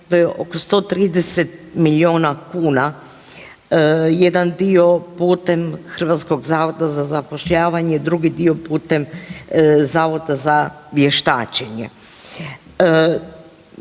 to je oko 130 miliona kuna, jedan dio putem HZZ-a, drugi dio putem Zavoda za vještačenje.